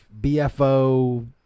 BFO